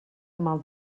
mal